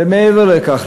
ומעבר לכך,